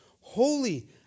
holy